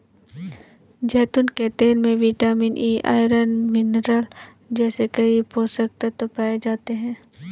जैतून के तेल में विटामिन ई, आयरन, मिनरल जैसे कई पोषक तत्व पाए जाते हैं